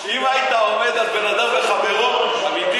אם היית עומד על בין אדם לחברו אמיתי,